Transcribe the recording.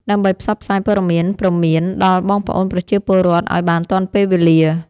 ដើម្បីផ្សព្វផ្សាយព័ត៌មានព្រមានដល់បងប្អូនប្រជាពលរដ្ឋឱ្យបានទាន់ពេលវេលា។